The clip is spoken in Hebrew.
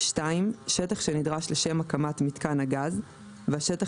(2)שטח שנדרש לשם הקמת מיתקן הגז והשטח